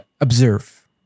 observe